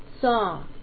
saw